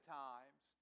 times